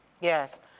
Yes